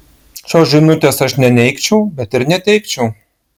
šios žinutės aš neneigčiau bet ir neteigčiau